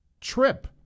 Trip